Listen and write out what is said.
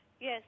Yes